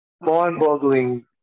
mind-boggling